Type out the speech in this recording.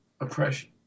oppression